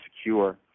secure